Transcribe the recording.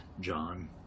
John